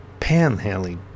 panhandling